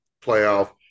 playoff